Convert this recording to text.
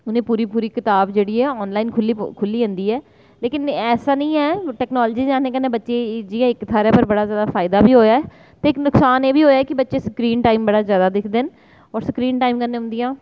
उ'नेंगी पूरी पूरी कताब जेह्ड़ी ऐ ऑनलाइन खुल्ली जंदी ऐ लेकिन ऐसा निं ऐ जि'यां टेक्नोलॉज़ी आने कन्नै बच्चें गी इक्क थाह्रै पर बड़ा सारा फायदा बी होआ ऐ ते नुकसान एह् बी होआ ऐ कि बच्चे स्क्रीन टाईम ज्यादा दिक्खदे न होर स्क्रीन टाईम कन्नै उं'दियां